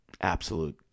Absolute